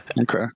Okay